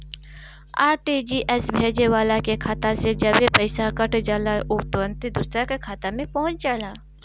RTGS भेजे वाला के खाता से जबे पईसा कट जाला उ तुरंते दुसरा का खाता में पहुंच जाला